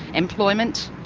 employment.